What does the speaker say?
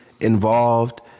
involved